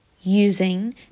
using